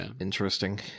interesting